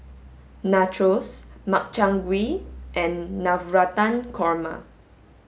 Nachos Makchang gui and Navratan Korma